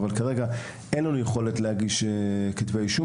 אין לנו יכולת להגיש כתבי אישום,